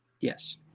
Yes